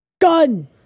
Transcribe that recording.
Gun